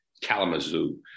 Kalamazoo